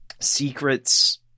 secrets